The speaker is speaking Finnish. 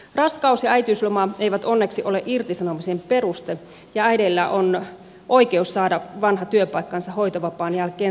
raskaus ja äitiysloma eivät onneksi ole irtisanomisen peruste ja äideillä on oikeus saada vanha työpaikkansa hoitovapaan jälkeen takaisin